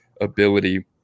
ability